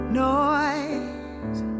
noise